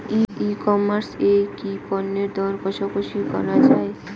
ই commerce এ কি পণ্যের দর কশাকশি করা য়ায়?